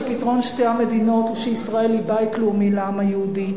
פתרון שתי המדינות הוא שישראל היא בית לאומי לעם היהודי,